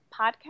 podcast